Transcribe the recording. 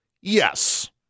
Yes